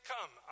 Come